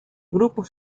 grupos